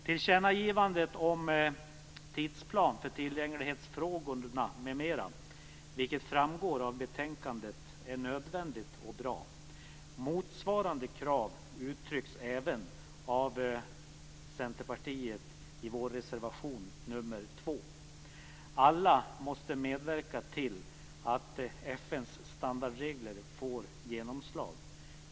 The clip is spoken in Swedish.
Tillkännagivandet av tidsplan för tillgänglighetsfrågorna m.m., vilket framgår av betänkandet, är nödvändigt och bra. Motsvarande krav uttrycks även av Centerpartiet i vår reservation 2. Alla måste medverka till att FN:s standardregler får genomslag.